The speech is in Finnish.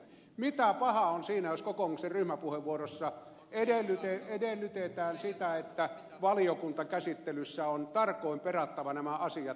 mitä pahaa on siinä jos kokoomuksen ryhmäpuheenvuorossa edellytetään sitä että valiokuntakäsittelyssä on tarkoin perattava nämä asiat